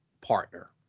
partner